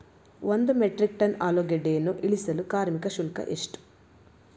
ಒಂದು metric tonne ಆಲೂಗೆಡ್ಡೆಯನ್ನು ಇಳಿಸಲು ಕಾರ್ಮಿಕ ಶುಲ್ಕ ಎಷ್ಟು?